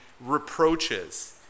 reproaches